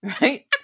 Right